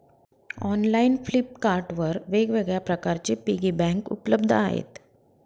online Flipkart वर वेगवेगळ्या प्रकारचे पिगी बँक उपलब्ध आहेत